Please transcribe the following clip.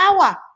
power